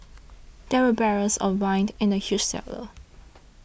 there were barrels of wine in the huge cellar